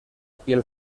pieza